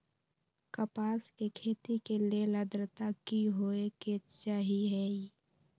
कपास के खेती के लेल अद्रता की होए के चहिऐई?